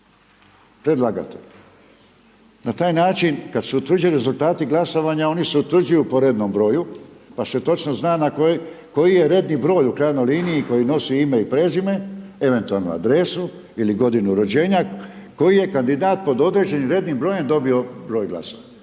predlagatelj. Na taj način kada se utvrđuju rezultati glasovanja oni se utvrđuju po rednom broju pa se točno zna na koji, koji je redni broj u krajnjoj liniji koji nosi ime i prezime, eventualno adresu ili godinu rođenja koji je kandidat pod određenim rednim brojem dobio broj glasova,